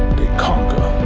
they conquer.